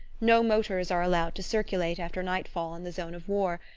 no motors are allowed to circulate after night-fall in the zone of war,